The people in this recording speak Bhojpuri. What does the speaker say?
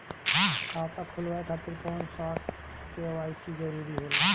खाता खोलवाये खातिर कौन सा के.वाइ.सी जरूरी होला?